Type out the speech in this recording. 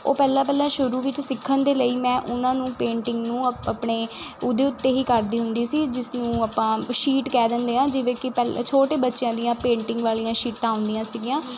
ਉਹ ਪਹਿਲਾਂ ਪਹਿਲਾਂ ਸ਼ੁਰੂ ਵਿੱਚ ਸਿੱਖਣ ਦੇ ਲਈ ਮੈਂ ਉਹਨਾਂ ਨੂੰ ਪੇਂਟਿੰਗ ਨੂੰ ਆਪਣੇ ਉਹਦੇ ਉੱਤੇ ਹੀ ਕਰਦੀ ਹੁੰਦੀ ਸੀ ਜਿਸ ਨੂੰ ਆਪਾਂ ਸ਼ੀਟ ਕਹਿ ਦਿੰਦੇ ਹਾਂ ਜਿਵੇਂ ਕਿ ਛੋਟੇ ਬੱਚਿਆਂ ਦੀਆਂ ਪੇਂਟਿੰਗ ਵਾਲੀਆਂ ਸੀਟਾਂ ਆਉਂਦੀਆਂ ਸੀਗੀਆਂ